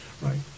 right